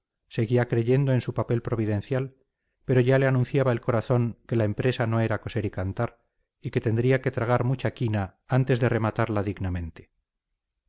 seguía creyendo en su papel providencial pero ya le anunciaba el corazón que la empresa no era coser y cantar y que tendría que tragar mucha quina antes de rematarla dignamente